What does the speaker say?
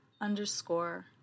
underscore